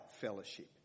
fellowship